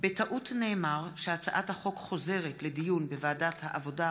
בטעות נאמר שהצעת החוק חוזרת לדיון בוועדת העבודה,